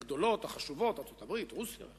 הגדולות, החשובות, ארצות-הברית, רוסיה.